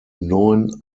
neun